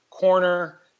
Corner